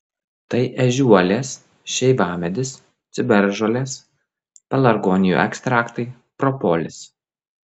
tai ežiuolės šeivamedis ciberžolės pelargonijų ekstraktai propolis